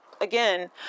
again